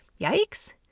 Yikes